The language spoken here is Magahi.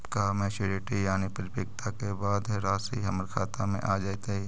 का मैच्यूरिटी यानी परिपक्वता के बाद रासि हमर खाता में आ जइतई?